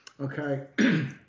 Okay